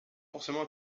forcément